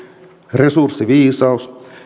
resurssiviisaus